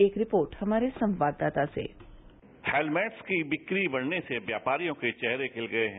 एक रिपोर्ट हमारे संवाददाता से हेलमेट की विक्री बढ़ने से व्यापारियों के चेहरे खिल गए हैं